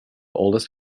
oldest